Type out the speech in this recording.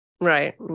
Right